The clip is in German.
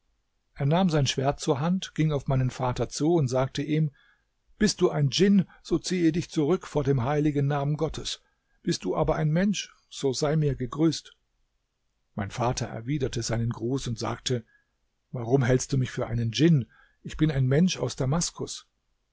er nahm sein schwert zur hand ging auf meinen vater zu und sagte ihm bist du ein djinn so ziehe dich zurück vor dem heiligen namen gottes bist du aber ein mensch so sei mir gegrüßt mein vater erwiderte seinen gruß und sagte warum hältst du mich für einen djinn ich bin ein mensch aus damaskus